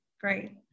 Great